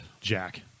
Jack